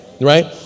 Right